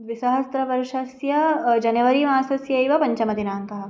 द्विसहस्रवर्षस्य जनवरी मासस्यैव पञ्चमदिनाङ्कः